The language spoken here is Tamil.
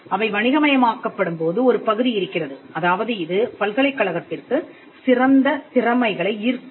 அவை வணிகமயமாக்கப்படும் போது ஒரு பகுதி இருக்கிறது அதாவது இது பல்கலைக்கழகத்திற்குச் சிறந்த திறமைகளை ஈர்க்கக் கூடும்